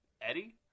Eddie